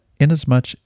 inasmuch